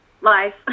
life